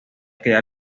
quedar